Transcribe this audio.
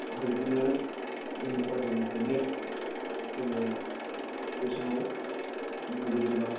आरो बिदिनो जोंनि फरायसालिनिफ्रायनो जोङो बे समाव मंगलदै जेलाव